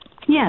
Yes